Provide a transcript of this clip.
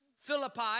Philippi